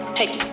Take